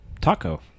taco